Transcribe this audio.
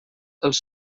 els